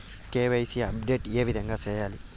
KYC update ఏ విధంగా సేయాలి?